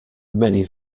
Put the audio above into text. many